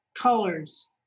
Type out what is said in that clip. colors